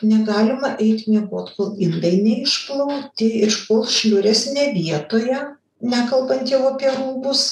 negalima eit miegot kol indai neišplauti ir kol šliurės ne vietoje nekalbant jau apie rūbus